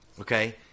okay